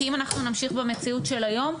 כי אם אנחנו נמשיך במציאות של היום,